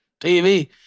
TV